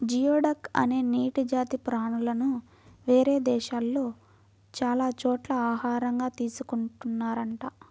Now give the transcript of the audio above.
geoduck అనే నీటి జాతి ప్రాణులను వేరే దేశాల్లో చాలా చోట్ల ఆహారంగా తీసుకున్తున్నారంట